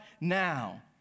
now